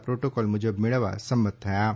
protocol મુજબ મેળવવા સંમત થયા છે